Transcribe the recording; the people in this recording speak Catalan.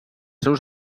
seus